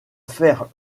faire